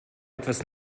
etwas